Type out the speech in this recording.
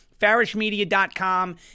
farishmedia.com